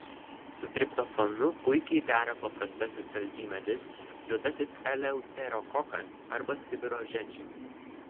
su triptofanu puikiai dera paprastasis saldymedis juodasis eleuterokokas arba sibiro ženšenis